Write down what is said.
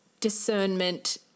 discernment